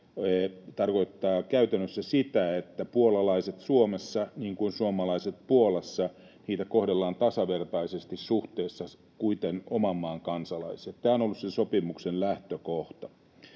tarkoittaa käytännössä sitä, että puolalaisia Suomessa, niin kuin suomalaisia Puolassa, kohdellaan tasavertaisesti suhteessa oman maan kansalaisiin. Tämä on ollut se sopimuksen lähtökohta.